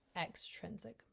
extrinsic